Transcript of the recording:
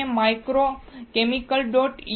આ મેં micro chemicals